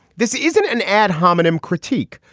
this isn't an ad hominem critique.